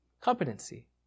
Competency